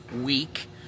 week